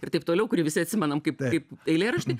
ir taip toliau kurį visi atsimenam kaip kaip eilėraštį